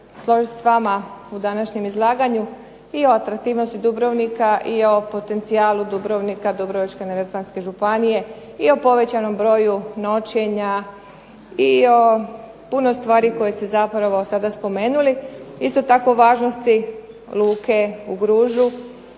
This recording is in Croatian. složiti s vama u današnjem izlaganju i o atraktivnosti Dubrovnika i o potencijalu Dubrovnika i Dubrovačko-neretvanske županije i o povećanom broju noćenja i o puno stvari koje ste zapravo sada spomenuli. Isto tako o važnosti luke u Gružu